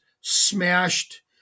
smashed